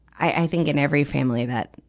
i think in every family that,